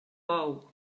bou